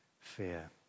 fear